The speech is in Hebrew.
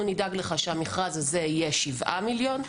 אנחנו נדאג לך שהמכרז הזה יהיה 7 מיליון.